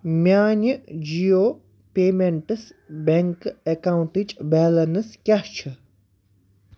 میٛانہِ Jio payments bank اٮ۪کاوُنٹٕچ balance کیٛاہ چھِ